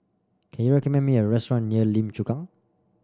can you recommend me a restaurant near Lim Chu Kang